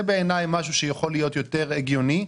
זה בעיניי משהו שיכול להיות יותר הגיוני,